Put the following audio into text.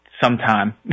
sometime